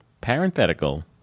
Parenthetical